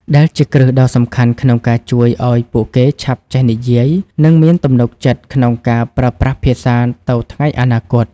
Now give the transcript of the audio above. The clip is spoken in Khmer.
ដែលជាគ្រឹះដ៏សំខាន់ក្នុងការជួយឱ្យពួកគេឆាប់ចេះនិយាយ និងមានទំនុកចិត្តក្នុងការប្រើប្រាស់ភាសាទៅថ្ងៃអនាគត។